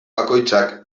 bakoitzak